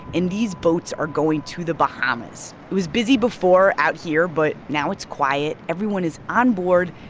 and these boats are going to the bahamas. it was busy before out here, but now it's quiet. everyone is onboard.